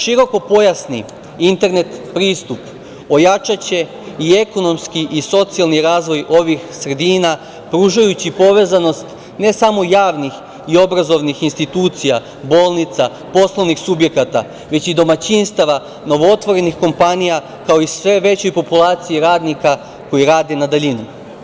Širokopojasni internet pristup ojačaće i ekonomski i socijalni razvoj ovih sredina pružajući povezanost ne samo javnih i obrazovnih institucija, bolnica, poslovnih subjekata, već i domaćinstava, novootvorenih kompanija, kao i sve veće populacije radnika koji rade na daljinu.